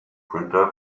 printer